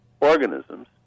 organisms